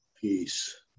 Peace